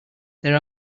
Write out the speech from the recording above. there